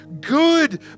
good